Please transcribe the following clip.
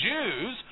Jews